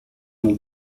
mon